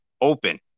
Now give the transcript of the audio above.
open